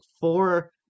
four